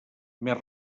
més